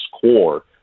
core